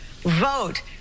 vote